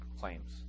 claims